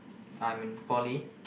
I'm in poly